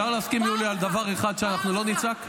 אפשר להסכים, יוליה, על דבר אחד, שאנחנו לא נצעק?